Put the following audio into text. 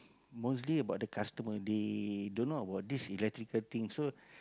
mostly about the customer they don't know about this electrical thing so